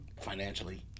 financially